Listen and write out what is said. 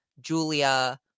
julia